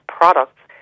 products